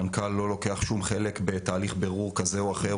המנכ"ל לא לוקח שום חלק בתהליך בירור כזה או אחר,